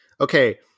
okay